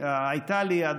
הייתה לי פה,